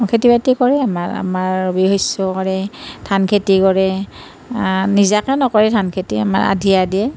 খেতি বাতি কৰে আমাৰ ৰবি শষ্য ধান খেতি কৰে নিজাকৈ নকৰে ধান খেতি আমাৰ আধিয়ে দিয়ে